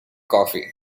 coffee